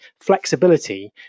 flexibility